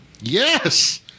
Yes